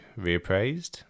reappraised